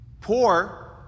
Poor